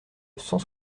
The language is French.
cent